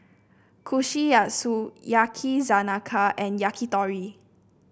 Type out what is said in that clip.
Kushikatsu Yakizakana and Yakitori